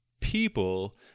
people